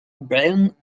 byrne